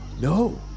No